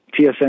TSN